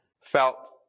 felt